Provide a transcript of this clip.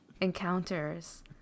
encounters